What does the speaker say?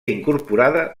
incorporada